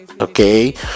okay